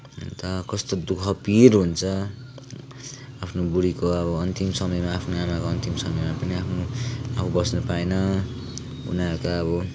अन्त कस्तो दु ख पिर हुन्छ आफ्नो बुढीको अब अन्तिम समयमा आफ्नी आमाको अन्तिम समयमा पनि आफू बस्न पाएन उनीहरू त अब